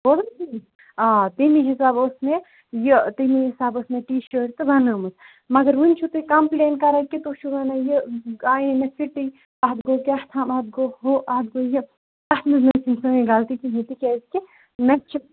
اوٚت آ تمے حِساب اوس مےٚ یہِ تمے حِساب ٲس مےٚ ٹی شٲرٹ تہٕ بَنٲمٕژ مگر وٕنہِ چھُ تُہۍ کَمپٕلین کَران کہِ تُہۍ چھِو وَنان یہِ آیے مےٚ فِٹٕے اَتھ گوٚو کیٛاہ تھام اَتھ گوٚو ہُہ اَتھ گوٚو یہِ تَتھ منٛز نہٕ سٲنۍ غلطی کِہیٖنۍ تِکیٛازِ کہِ مےٚ چھِ